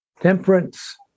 Temperance